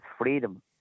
freedom